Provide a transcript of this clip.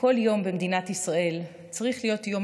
כל יום במדינת ישראל צריך להיות יום